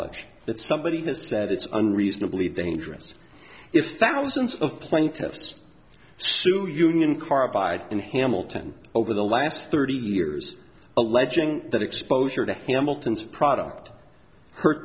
knowledge that somebody has said it's on reasonably dangerous if thousands of plaintiffs so union carbide in hamilton over the last thirty years alleging that exposure to hamilton's product hurt